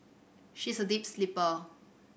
she is a deep sleeper